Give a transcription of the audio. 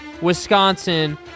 Wisconsin